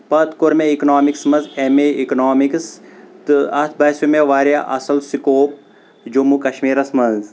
پتہٕ کوٚر مےٚ اکنامِکس منٛز ایم اے ایکنامِکٕس تہٕ اتھ باسیٚو مےٚ واریاہ اصٕل سکوپ جعمو کشمیٖرس منٛز